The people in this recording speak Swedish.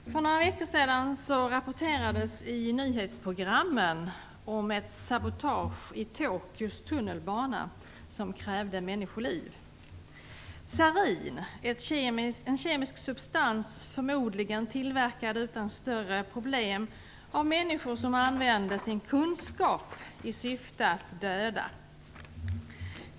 Herr talman! För några veckor sedan rapporterades i nyhetsprogrammen om ett sabotage i Tokyos tunnelbana som krävde människoliv. Det var frågan om sarin, en kemisk substans, förmodligen tillverkad utan större problem av människor som använde sin kunskap i syfte att döda.